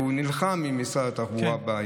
והוא נלחם במשרד התחבורה.